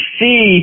see